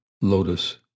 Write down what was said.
Lotus